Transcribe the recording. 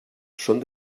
són